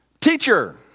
Teacher